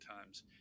times